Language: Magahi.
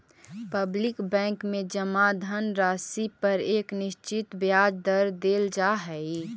पब्लिक बैंक में जमा धनराशि पर एक निश्चित ब्याज दर देल जा हइ